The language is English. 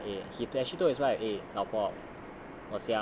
to go and say like eh he actually told his wife eh 老婆